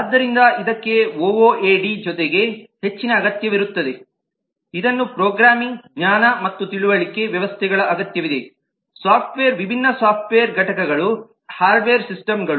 ಆದ್ದರಿಂದ ಇದಕ್ಕೆ ಒಒಎಡಿ ಜೊತೆಗೆ ಹೆಚ್ಚಿನ ಅಗತ್ಯವಿರುತ್ತದೆ ಇದಕ್ಕೆ ಪ್ರೋಗ್ರಾಮಿಂಗ್ ಜ್ಞಾನ ಮತ್ತು ತಿಳುವಳಿಕೆ ವ್ಯವಸ್ಥೆಗಳ ಅಗತ್ಯವಿದೆ ಸಾಫ್ಟ್ವೇರ್ ವಿಭಿನ್ನ ಸಾಫ್ಟ್ವೇರ್ ಘಟಕಗಳು ಹಾರ್ಡ್ವೇರ್ ಸಿಸ್ಟಮ್ಗಳು